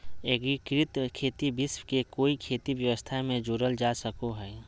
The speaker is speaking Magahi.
एग्रिकृत खेती विश्व के कोई खेती व्यवस्था में जोड़ल जा सको हइ